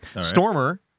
stormer